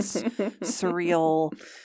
surreal